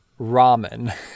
ramen